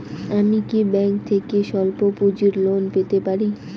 আমি কি ব্যাংক থেকে স্বল্প পুঁজির লোন পেতে পারি?